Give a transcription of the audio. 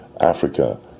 africa